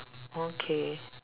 okay